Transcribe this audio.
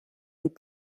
les